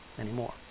anymore